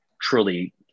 truly